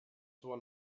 suo